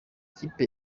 ikipe